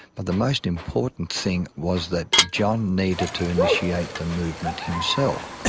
but the most important thing was that john needed to initiate the movement himself.